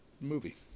movie